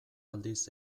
aldiz